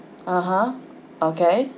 uh huh okay